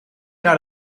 naar